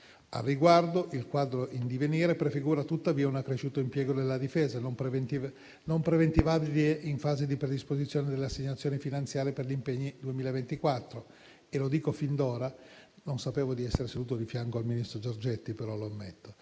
Al riguardo, il quadro in divenire prefigura tuttavia un accresciuto impiego della difesa non preventivabile in fase di predisposizione delle assegnazioni finanziarie per gli impegni 2024 che - lo dico fin d'ora, e non sapevo di essere seduto di fianco al ministro Giorgetti, ma, lo ammetto